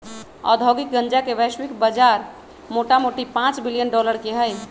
औद्योगिक गन्जा के वैश्विक बजार मोटामोटी पांच बिलियन डॉलर के हइ